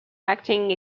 acting